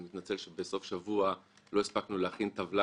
אני מתנצל שבסוף שבוע לא הסתפקנו להכין טבלה